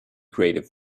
creative